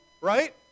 right